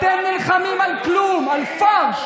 אתם נלחמים על כלום, על פארש.